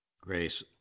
Grace